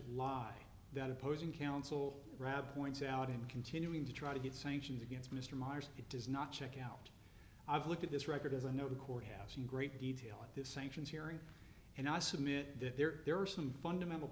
lie that opposing counsel rav points out in continuing to try to get sanctions against mr meyers it does not check out i've looked at this record as i know the courthouse in great detail at this sanctions hearing and i submit that there are some fundamental